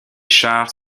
chars